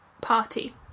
party